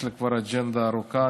יש לי כבר אג'נדה ארוכה,